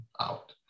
out